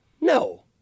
No